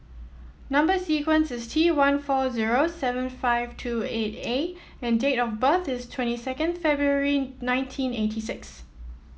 number sequence is T one four zero seven five two eight A and date of birth is twenty second February nineteen eighty six